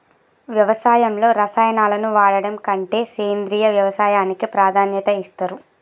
వ్యవసాయంలో రసాయనాలను వాడడం కంటే సేంద్రియ వ్యవసాయానికే ప్రాధాన్యత ఇస్తరు